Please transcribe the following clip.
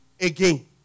again